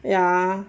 ya